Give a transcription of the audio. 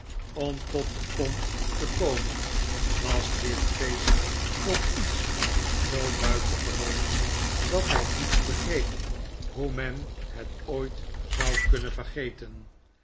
pecksniff zatot de pomp te komen was dit feest toch iets zoo buitengewoons dat hij niet begreep hoe men het ooit zou kunnen vergeten